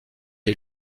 est